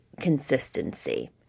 consistency